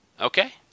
Okay